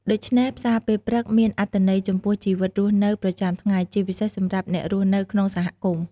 ដូច្នេះផ្សារពេលព្រឹកមានអត្ថន័យចំពោះជីវិតរស់នៅប្រចាំថ្ងៃ ជាពិសេសសម្រាប់អ្នករស់នៅក្នុងសហគមន៍។